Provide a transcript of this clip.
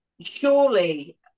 surely